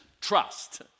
trust